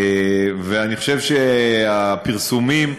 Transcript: אני חושב שהפרסומים,